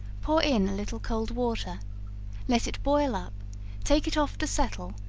pour in a little cold water let it boil up take it off to settle,